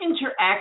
interact